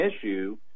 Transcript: issue